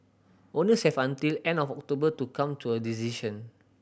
owners have until end of October to come to a decision